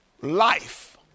life